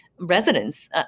residents